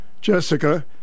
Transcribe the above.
Jessica